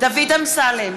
דוד אמסלם,